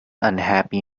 unhappy